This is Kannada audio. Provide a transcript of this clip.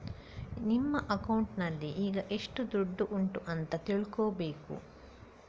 ನಿಮ್ಮ ಅಕೌಂಟಿನಲ್ಲಿ ಈಗ ಎಷ್ಟು ದುಡ್ಡು ಉಂಟು ಅಂತ ತಿಳ್ಕೊಳ್ಬೇಕು